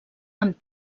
amb